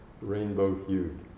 rainbow-hued